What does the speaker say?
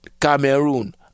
cameroon